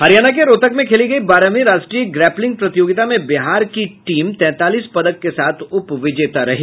हरियाणा के रोहतक में खेली गयी बारहवीं राष्ट्रीय ग्रैपलिंक प्रतियोगिता में बिहार की टीम तैंतालीस पदक के साथ उप विजेता रही